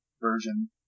version